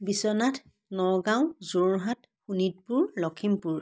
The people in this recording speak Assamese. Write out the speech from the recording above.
বিশ্বনাথ নগাঁও যোৰহাট শোণিতপুৰ লখিমপুৰ